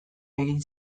egin